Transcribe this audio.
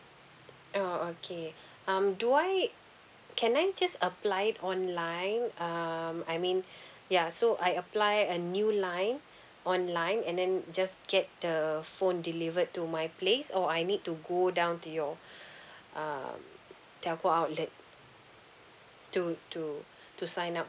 oh okay um do I can I just apply it online um I mean ya so I apply a new line online and then just get the phone delivered to my place or I need to go down to your um telco outlet to to to sign up